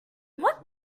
what